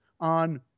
on